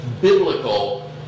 biblical